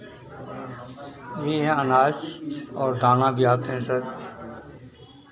ये हैं अनाज और दाना भी आते हैं सब